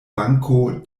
banko